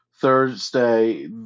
thursday